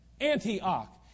Antioch